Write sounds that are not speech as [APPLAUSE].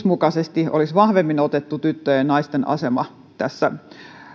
[UNINTELLIGIBLE] mukaisesti olisi vahvemmin otettu tyttöjen ja naisten asema